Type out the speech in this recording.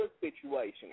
situation